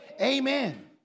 amen